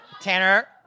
Tanner